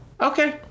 Okay